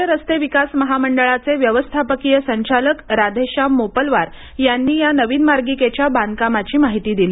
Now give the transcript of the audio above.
राज्य रस्ते विकास महामंडळाचे व्यवस्थापकीय संचालक राधेश्याम मोपलवार यांनी या नवीन मार्गिकेच्या बांधकामाची माहिती दिली